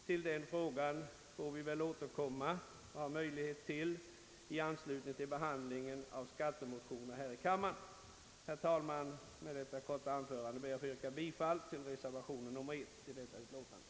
Till den frågan finns det emellertid möjlighet att återkomma i anslutning till behandlingen av skattemotioner här i kammaren. Herr talman! Med detta korta anförande ber jag att få yrka bifall till reservation nr 1 i detta utlåtande.